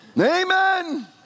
Amen